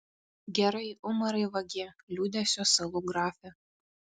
gerai umarai vagie liūdesio salų grafe